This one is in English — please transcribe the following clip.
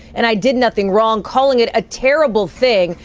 and i did nothing wrong calling it a terrible thing.